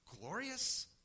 glorious